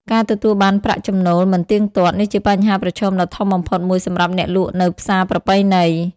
ការទទួលបានប្រាក់ចំណូលមិនទៀងទាត់ នេះជាបញ្ហាប្រឈមដ៏ធំបំផុតមួយសម្រាប់អ្នកលក់នៅផ្សារប្រពៃណី។